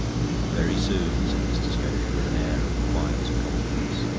very soon, said mr. scogan, with an air of quiet confidence.